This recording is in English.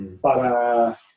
Para